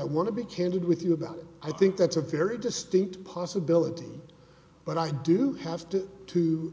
i want to be candid with you about it i think that's a very distinct possibility but i do have to to